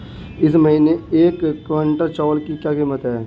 इस महीने एक क्विंटल चावल की क्या कीमत है?